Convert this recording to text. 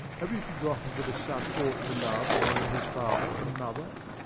have you forgotten that a son ought to love and honour his father and mother?